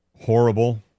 horrible